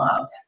love